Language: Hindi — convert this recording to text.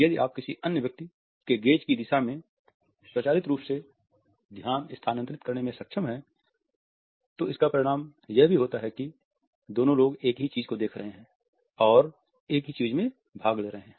यदि आप किसी अन्य व्यक्ति के गेज़ की दिशा में स्वचालित रूप से ध्यान स्थानांतरित करने में सक्षम हैं तो इसका परिणाम यह भी होता है कि दोनों लोग एक ही चीज को देख रहे हैं और एक ही चीज में भाग ले रहे हैं